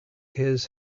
his